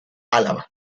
álava